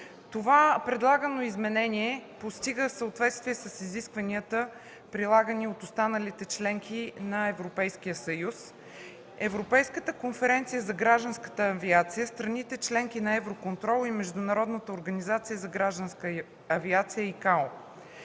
Това предлагано изменение постига съответствие с изискванията, прилагани от останалите членки на Европейския съюз, Европейската конференция за гражданска авиация, страните – членки на Евроконтрол, и Международната организация за гражданска авиация (ИКАО).